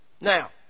Now